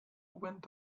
went